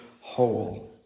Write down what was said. whole